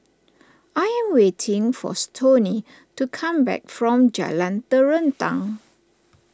I am waiting for Stoney to come back from Jalan Terentang